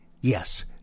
Yes